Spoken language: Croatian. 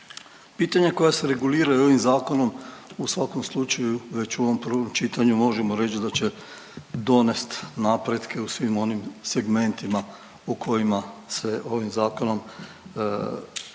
Pitanja koja se reguliraju ovim zakonom u svakom slučaju već u ovom prvom čitanju možemo reć da će donest napretke u svim onim segmentima o kojima se ovim zakonom zadire u